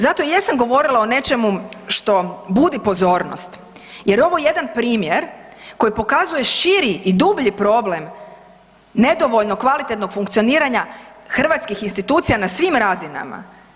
Zato i jesam govorila o nečemu što budi pozornost jer ovo je jedan primjer koji pokazuje širi i dublji problem nedovoljno kvalitetnog funkcioniranja hrvatskih institucija na svim razinama.